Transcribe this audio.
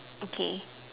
okay